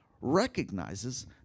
recognizes